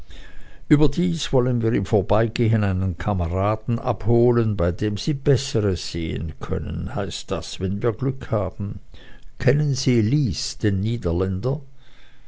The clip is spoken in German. überdies wollen wir im vorbeigehen einen kameraden abholen bei dem sie besseres sehen können heißt das wenn wir glück haben kennen sie lys den niederländer